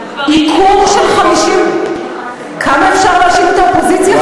ייקור של 50%. כמה אפשר להאשים את האופוזיציה?